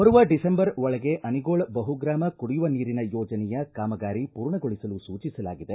ಬರುವ ಡಿಸೆಂಬರ್ ಒಳಗೆ ಅನಿಗೋಳ ಬಹುಗ್ರಾಮ ಕುಡಿಯುವ ನೀರಿನ ಯೋಜನೆಯ ಕಾಮಗಾರಿ ಮೂರ್ಣಗೊಳಿಸಲು ಸೂಚಿಸಲಾಗಿದೆ